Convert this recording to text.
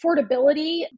affordability